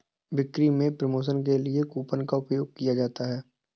बिक्री में प्रमोशन के लिए कूपन का प्रयोग किया जाता है